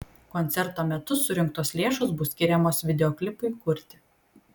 koncerto metu surinktos lėšos bus skiriamos videoklipui kurti